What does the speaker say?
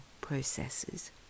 processes